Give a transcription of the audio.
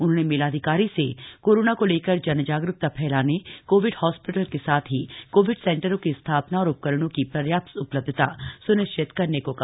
उन्होंने मेलाधिकारी से कोरोना को लेकर जनजागरूकता फैलाने कोविड हास्पिटल के साथ ही कोविड सेन्टरों की स्थापना और उपकरणों की पर्याप्त उपलब्धता स्निश्चित करने को कहा